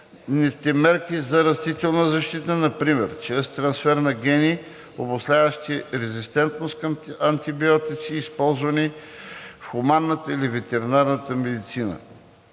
мерки за растителна защита, например чрез трансфер на гени, обуславящи резистентност към антибиотици, използвани в хуманната или ветеринарната медицина;